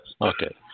Okay